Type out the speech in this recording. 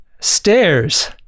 stairs